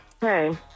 Hey